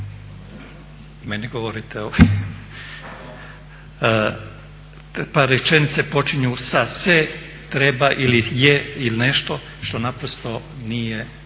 Meni govorite? Pa rečenice počinju sa ″se treba″ ili ″je″ ili nešto što naprosto nije,